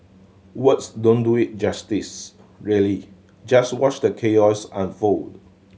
words don't do it justice really just watch the chaos unfold